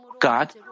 God